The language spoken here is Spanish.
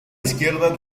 izquierda